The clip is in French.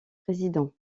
président